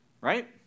right